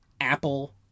apple